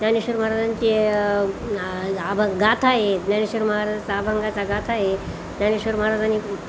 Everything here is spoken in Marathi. ज्ञानेश्वर महाराजांची आभ गाथा आहे ज्ञानेश्वर महाराजाचा अभंगाचा गाथा आहे ज्ञानेश्वर महाराजांनी